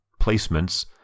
placements